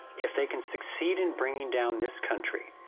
if they can succeed in bringing down this country,